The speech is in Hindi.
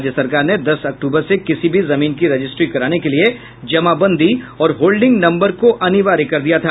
राज्य सरकार ने दस अक्टूबर से किसी भी जमीन की रजिस्ट्री कराने के लिए जमाबंदी और होल्डिंग नंबर को अनिवार्य कर दिया था